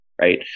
right